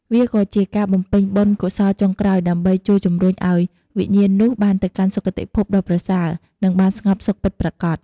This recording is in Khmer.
វាក៏ជាការបំពេញបុណ្យកុសលចុងក្រោយ ដើម្បីជួយជំរុញឱ្យវិញ្ញាណនោះបានទៅកាន់ សុគតិភព ដ៏ប្រសើរ និងបានស្ងប់សុខពិតប្រាកដ។